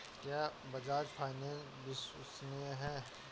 क्या बजाज फाइनेंस विश्वसनीय है?